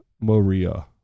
Maria